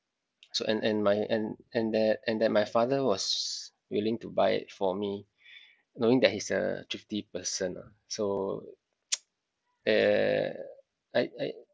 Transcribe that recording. so and and my and and that and that my father was willing to buy it for me knowing that he's a thrifty person ah so uh I I